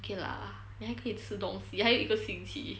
okay lah 你还可以吃东西还有一个星期